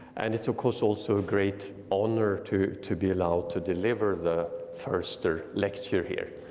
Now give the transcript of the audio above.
and it's of course also a great honor to to be allowed to deliver the foerster lecture here.